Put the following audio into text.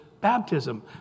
baptism